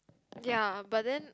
ya but then